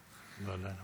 עם.